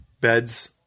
beds